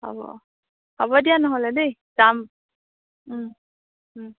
হ'ব হ'ব দিয়া নহ'লে দেই যাম